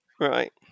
Right